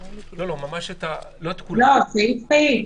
לא, סעיף-סעיף.